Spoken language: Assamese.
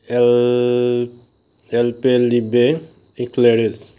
এলপেনলিবে ইক্লাৰেছ